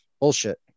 bullshit